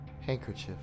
handkerchief